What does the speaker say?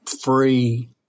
free